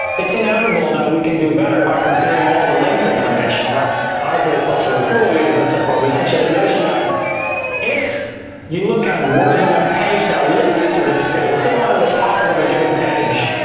it's inevitable that we can do better by considering all the linked information like obviously it's also what ah google used and so far, but essentially the notion that if you look at words on a page that links to this page. let's say you wanted a topic of a given page,